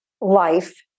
life